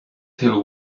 till